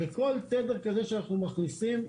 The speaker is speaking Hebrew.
כל תדר כזה שאנחנו מכניסים,